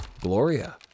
Gloria